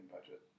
budget